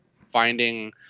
Finding